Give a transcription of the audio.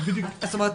זאת אומרת,